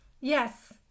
yes